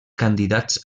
candidats